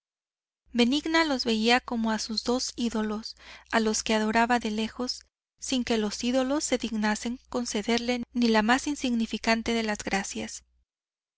benigna los veía como a dos ídolos a los que adoraba de lejos sin que los ídolos se dignasen concederle ni la más insignificante de las gracias